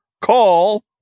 Call